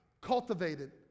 cultivated